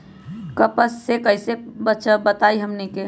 कपस से कईसे बचब बताई हमनी के?